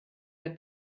der